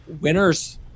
winner's